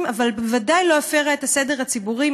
אבל בוודאי לא הפרה את הסדר הציבורי,